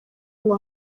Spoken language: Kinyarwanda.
ngo